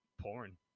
Porn